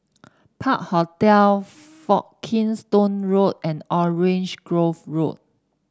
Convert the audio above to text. Park Hotel Folkestone Road and Orange Grove Road